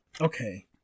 Okay